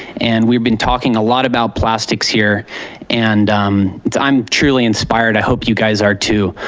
and we've been talking a lot about plastics here and i'm truly inspired, i hope you guys are too.